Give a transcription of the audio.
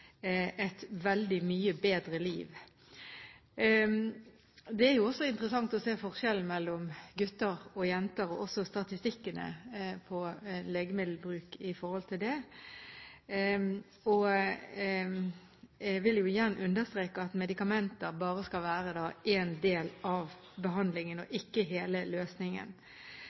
et veldig mye bedre liv. Det er også interessant å se forskjellen mellom gutter og jenter og statistikkene på legemiddelbruk i forhold til det. Jeg vil igjen understreke at medikamenter bare skal være en del av behandlingen, og ikke hele løsningen.